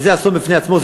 וזה אסון בפני עצמו,